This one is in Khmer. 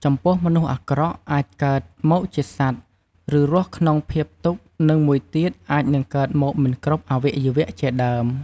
ចំពោះមនុស្សអាក្រក់អាចកើត មកជាសត្វ ឬរស់ក្នុងភាពទុក្ខ និងមួយទៀតអាចនឹងកើតមកមិនគ្រប់អាវៈយវៈជាដើម។